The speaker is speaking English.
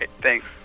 thanks